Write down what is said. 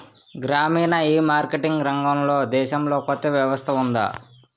గ్రామీణ ఈమార్కెటింగ్ రంగంలో మన దేశంలో కొత్త వ్యవస్థ ఉందా?